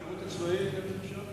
השירות הצבאי, איך אפשר?